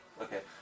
Okay